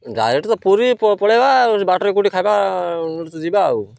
direct ତ ପୁରୀ ପଳେଇବା ଆଉ ବାଟରେ କୋଉଠି ଖାଇବା ଯିବା ଆଉ